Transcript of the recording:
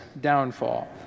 downfall